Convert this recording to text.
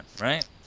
right